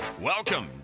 Welcome